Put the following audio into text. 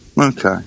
okay